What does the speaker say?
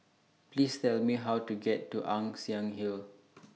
Please Tell Me How to get to Ann Siang Hill